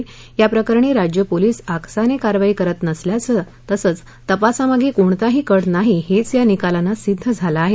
याप्रकरणी राज्य पोलीस आकसाने कारवाई करत नसल्याचं तसंच तपासामागे कोणताही कट नाही हेच या निकालाने सिद्ध झालं आहे